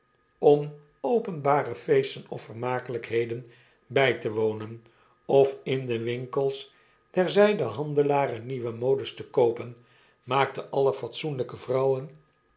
om openbare feesten of vermakelijkheden bij te wonen of in de winkels der zjjdehandelaren nieuwe modes te koopen maakten alle fatsoenlpe vrouwen